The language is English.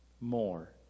more